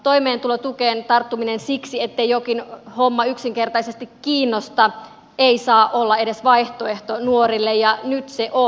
toimeentulotukeen tarttuminen siksi ettei jokin homma yksinkertaisesti kiinnosta ei saa olla edes vaihtoehto nuorille ja nyt se on